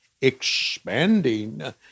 expanding